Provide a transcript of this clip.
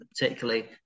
particularly